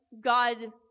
God